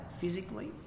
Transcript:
physically